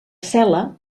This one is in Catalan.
cel·la